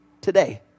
today